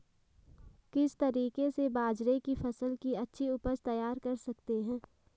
किस तरीके से बाजरे की फसल की अच्छी उपज तैयार कर सकते हैं?